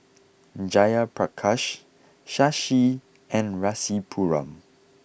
Jayaprakash Shashi and Rasipuram